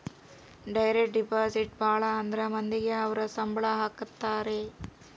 direct deposit ಭಾಳ ಅಂದ್ರ ಮಂದಿಗೆ ಅವ್ರ ಸಂಬ್ಳ ಹಾಕತರೆ